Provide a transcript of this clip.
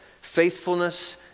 faithfulness